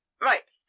Right